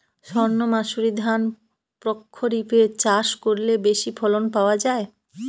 সর্ণমাসুরি ধান প্রক্ষরিপে চাষ করলে বেশি ফলন পাওয়া যায়?